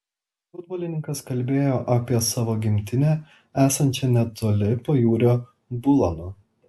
futbolininkas kalbėjo apie savo gimtinę esančią netoli pajūrio bulono